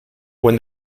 when